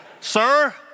Sir